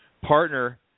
partner